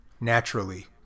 naturally